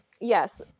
Yes